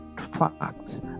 facts